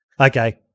Okay